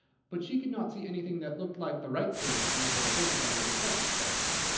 but she could not see anything that looked like the right thing to eat or drink under the circumstances.